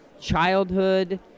childhood